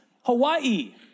Hawaii